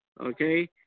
okay